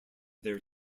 their